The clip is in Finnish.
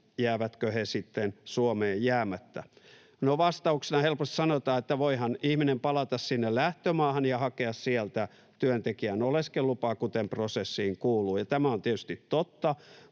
jäävän Suomeen, Suomeen jäämättä. No, vastauksena helposti sanotaan, että voihan ihminen palata sinne lähtömaahan ja hakea sieltä työntekijän oleskelulupaa, kuten prosessiin kuuluu, ja tämä on tietysti totta.